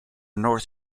north